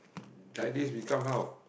like this become how